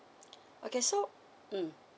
okay so mm